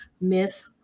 Miss